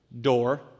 Door